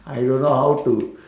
I don't know how to